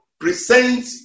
present